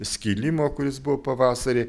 skilimo kuris buvo pavasarį